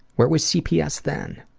where was cps then?